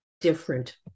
different